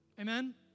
Amen